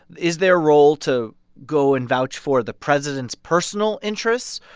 is their role to go and vouch for the president's personal interests,